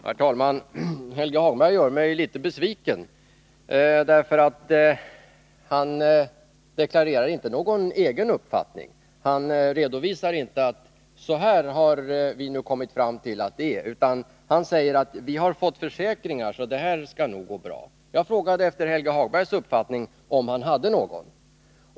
Herr talman! Helge Hagberg gör mig litet besviken. Han deklarerar inte någon egen uppfattning. Han redovisar inte att socialdemokraterna har kommit fram till att det är på ett visst sätt, utan han säger: Vi har fått försäkringar, så det skall nog gå bra att genomföra förslaget. Jag frågade efter Helge Hagbergs uppfattning, om han nu har någon.